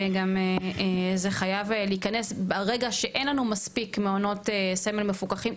וגם זה חייב להיכנס ברגע שאין לנו מספיק מעונות סמל מפוקחים,